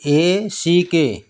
A C K